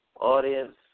audience